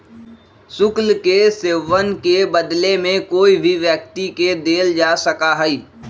शुल्क के सेववन के बदले में कोई भी व्यक्ति के देल जा सका हई